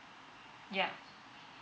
yeah